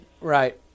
Right